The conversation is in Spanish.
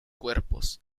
cuerpos